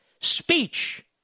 Speech